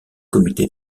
comité